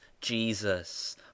jesus